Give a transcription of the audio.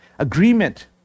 Agreement